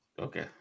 Okay